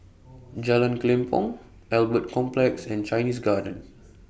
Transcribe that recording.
Jalan Kelempong Albert Complex and Chinese Garden